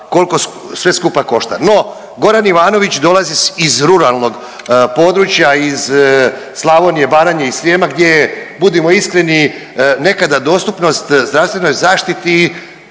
kolko sve skupa košta. No Goran Ivanović dolazi iz ruralnog područja, iz Slavonije, Baranje i Srijema gdje je budimo iskreno nekada dostupnost zdravstvenoj zaštiti